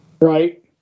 Right